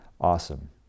awesome